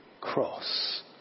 cross